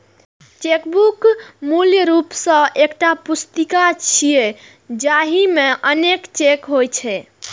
chequebook मूल रूप सं एकटा पुस्तिका छियै, जाहि मे अनेक चेक होइ छै